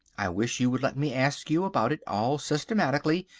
i wish you would let me ask you about it all systematically,